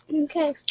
Okay